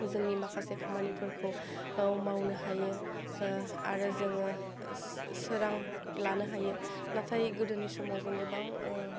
जोंनि माखासे खामानिफोरखौ औ मावनो हायो आरो जोङो सो सोरां लानो हायो नाथाइ गोदोनि समाव जों गोबां